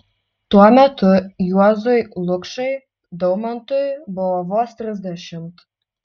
tuo metu juozui lukšai daumantui buvo vos trisdešimt